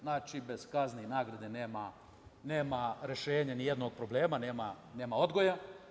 Znači, bez kazne i nagrade nema rešenja nijednog problema, nema odgoja.